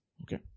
Okay